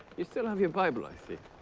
you still have your bible i see.